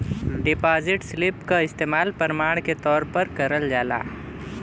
deposit slip क इस्तेमाल प्रमाण के तौर पर करल जाला